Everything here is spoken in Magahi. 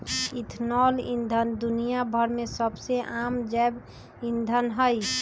इथेनॉल ईंधन दुनिया भर में सबसे आम जैव ईंधन हई